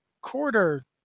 quarter